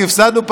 כי הפסדנו,